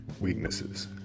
weaknesses